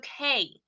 okay